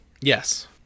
Yes